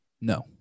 No